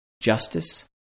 justice